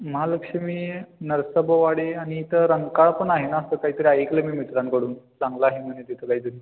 महालक्ष्मी नरसोबा वाडी आणि इथं रंकाळा पण आहे ना असं काहीतरी ऐकलं आहे मी मित्रांकडून चांगलं आहे म्हणे तिथं काहीतरी